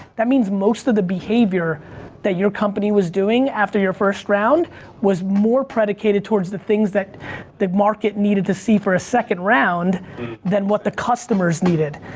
that means most of the behavior that your company was doing after your first round was more predicated towards the things that that market needed to see for a second round than what the customers needed.